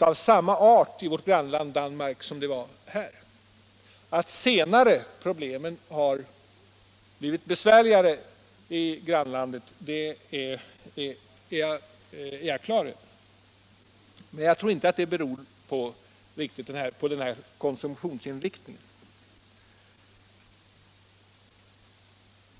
av samma art i Danmark som här. Att problemen senare har blivit besvärligare i Danmark är jag på det klara med. Men det beror på andra faktorer.